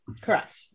correct